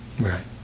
right